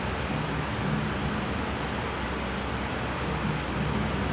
okay uh ac~ actually it reminds me of this one time like I was